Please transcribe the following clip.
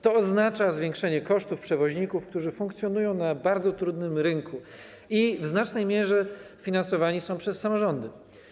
To oznacza zwiększenie kosztów przewoźników, którzy funkcjonują na bardzo trudnym rynku i w znacznej mierze finansowani są przez samorządy.